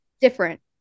different